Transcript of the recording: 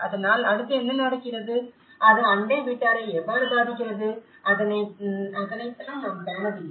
அதனால் அடுத்து என்ன நடக்கிறது அது அண்டை வீட்டாரை எவ்வாறு பாதிக்கிறது அதனை தான் நாம் காணவில்லை